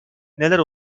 neler